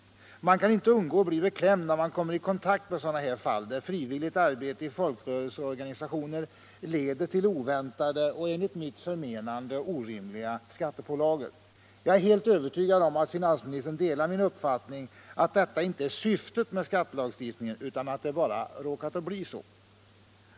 Man kan inte undgå att bli beklämd när man kommer i kontakt med sådana här fall, där frivilligt arbete i folkrörelseorganisationer leder till oväntade — och enligt mitt förmenande orimliga — skattepålagor. Jag är helt övertygad om att finansministern delar min uppfattning att detta inte är syftet med skattelagstiftningen utan att det bara ”råkat bli så”.